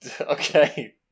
Okay